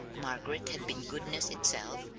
margaret had been goodness itself,